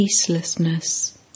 peacelessness